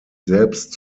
selbst